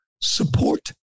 support